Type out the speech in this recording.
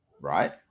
Right